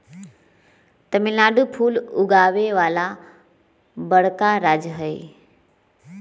तमिलनाडु फूल उगावे वाला बड़का राज्य हई